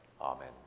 Amen